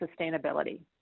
sustainability